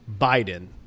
Biden